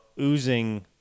oozing